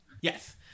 Yes